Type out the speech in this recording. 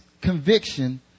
conviction